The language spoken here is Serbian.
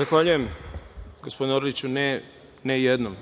Zahvaljujem. Gospodine Orliću, ne jednom,